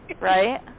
Right